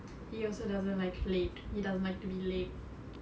he also doesn't like late he doesn't like to be late